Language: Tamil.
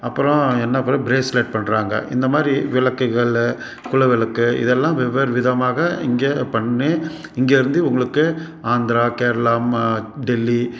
அப்புறம் என்ன பண் ப்ரேஸ்லெட் பண்ணுறாங்க இந்தமாதிரி விளக்குகள்ல குல விளக்கு இதெல்லாம் வெவ்வேறு விதமாக இங்கே பண்ணி இங்கேயிருந்து உங்களுக்கு ஆந்திரா கேரளா ம டெல்லி